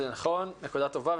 זה נכון, נקודה טובה.